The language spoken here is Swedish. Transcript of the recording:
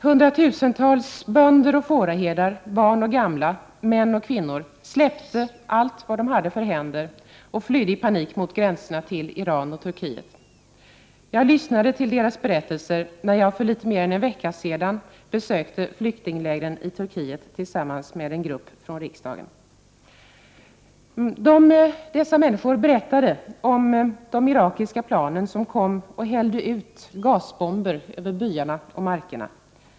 Hundratusentals bönder och fåraherdar, barn och gamla, män och kvinnor släppte allt vad de hade för händerna och flydde i panik mot gränserna till Iran och Turkiet. Jag lyssnade till deras berättelser när jag för litet mer än en vecka sedan besökte flyktinglägren i Turkiet tillsammans med en grupp från riksdagen. Dessa människor berättade om de irakiska flygplanen som kom och hällde ut gasbomber över byarna och markerna.